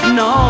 no